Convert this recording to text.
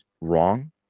wrong